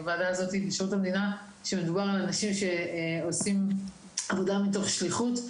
בוועדה הזאת שמדובר על אנשים שעושים עבודה מתוך שליחות,